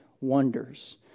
wonders